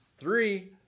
Three